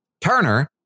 Turner